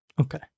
Okay